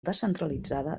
descentralitzada